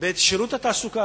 בשירות התעסוקה,